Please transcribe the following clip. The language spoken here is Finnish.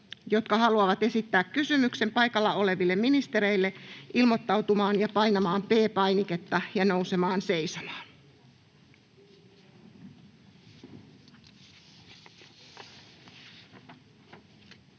jotka haluavat esittää kysymyksen paikalla oleville ministereille, ilmoittautumaan painamalla P-painiketta ja nousemalla seisomaan. Edustaja